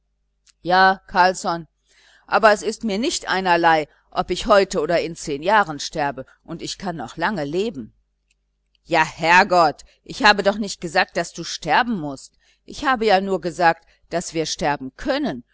ja carlsson aber es ist mir nicht einerlei ob ich heute oder in zehn jahren sterbe und ich kann noch lange leben ja herrgott ich habe doch nicht gesagt daß du sterben mußt ich habe ja nur gesagt daß wir sterben können